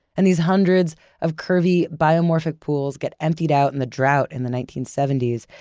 and these hundreds of curvy, biomorphic pools get emptied out in the drought in the nineteen seventy s,